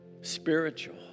spiritual